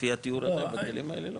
לפי התיאור הזה, בכלים האלה לא.